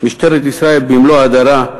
משטרת ישראל במלוא הדרה,